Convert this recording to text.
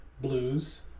blues